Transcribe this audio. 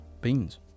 Beans